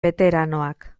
beteranoak